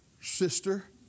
Sister